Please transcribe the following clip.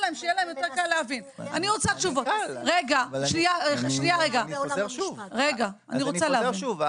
אני חוזר שוב,